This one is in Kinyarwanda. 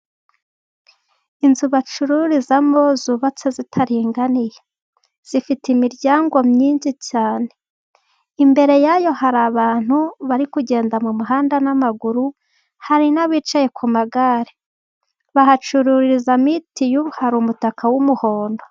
Inzu bacururizamo zubatse zitaringaniye, zifite imiryango myinshi cyane imbere yayo hari abantu bari kugenda mu muhanda n'amaguru hari n'abicaye ku magare. Bahacururiza mitiyu hari umutaka w'umuhondo.